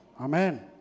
Amen